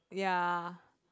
ya